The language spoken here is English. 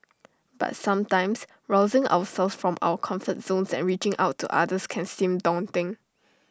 but sometimes rousing ourselves from our comfort zones and reaching out to others can seem daunting